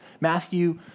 Matthew